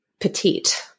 petite